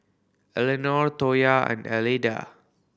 Elenor Toya and Alida